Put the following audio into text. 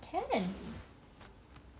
can